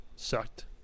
Sucked